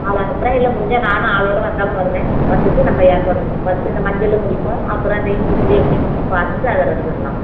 ஆள் அனுப்புகிறேன் இல்லை முடிஞ்சால் நானும் ஆளோடய வந்தாலும் வருவேன் வந்துட்டு நம்ம ஏற்பாடு பண்ணுவோம் ஃபஸ்ட்டு இந்த மஞ்சளை முடிப்போம் அப்பறம் இந்த இஞ்சி பூண்டு எப்படினு பார்த்துட்டு அதை ரெடி பண்ணலாம்